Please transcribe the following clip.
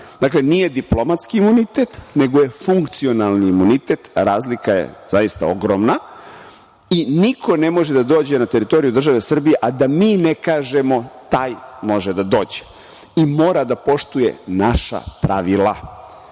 Dakle, nije diplomatski imunitet, nego je funkcionalni imunitet. Razlika je zaista ogromna i niko ne može da dođe na teritoriju države Srbije, a da mi ne kažemo taj može da dođe i mora da poštuje naša pravila. Mi